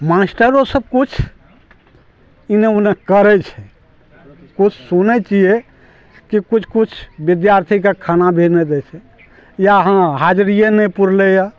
मास्टरो सब किछु एने ओने करै छै किछु सुनै छियै कि किछु किछु विद्यार्थीके खाना भी नहि दै छै या हँ हाजिए नहि पुरलैये